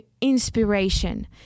inspiration